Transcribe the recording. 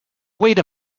wait